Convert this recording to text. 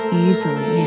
easily